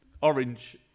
orange